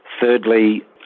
Thirdly